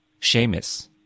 Seamus